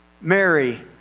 Mary